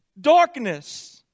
Darkness